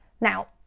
Now